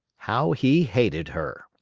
how he hated her!